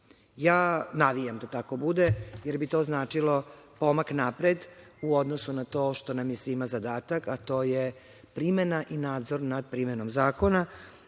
navijam da tako bude, jer bi to značilo pomak napred u odnosu na to što nam je svima zadatak, a to je primena i nadzor nad primenom zakona.